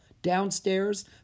Downstairs